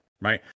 right